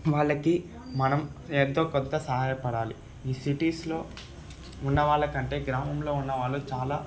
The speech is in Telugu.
వాళ్ళకి మనం ఎంతో కొంత సహాయపడాలి ఈ సిటీస్లో ఉన్న వాళ్ళకంటే గ్రామంలో ఉన్నవాళ్ళు చాలా